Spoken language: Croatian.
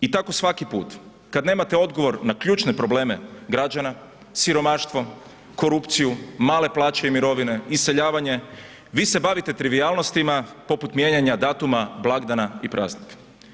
I tako svaki put, kad nemate odgovor na ključne probleme građana, siromaštvo, korupciju, male plaće i mirovine, iseljavanje, vi se bavite trivijalnostima poput mijenjanja datuma blagdana i praznika.